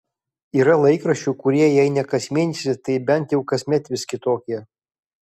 yra laikraščių kurie jei ne kas mėnesį tai bent jau kasmet vis kitokie